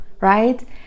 right